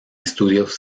estudios